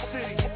City